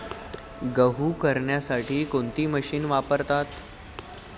गहू करण्यासाठी कोणती मशीन वापरतात?